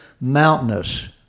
mountainous